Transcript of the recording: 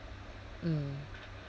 mm